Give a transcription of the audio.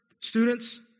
students